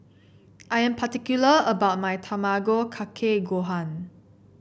I'm particular about my Tamago Kake Gohan